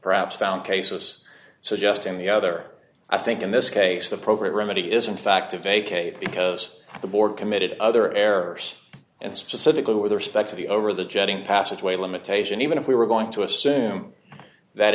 perhaps found cases so just in the other i think in this case the program remedy is in fact to vacate because the board committed other errors and specifically with respect to the over the jetting passageway limitation even if we were going to assume that